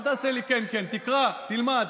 אל תעשה לי "כן, כן", תקרא, תלמד.